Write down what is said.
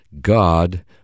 God